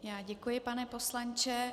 Já děkuji, pane poslanče.